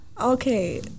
Okay